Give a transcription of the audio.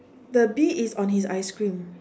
the bee is on his ice cream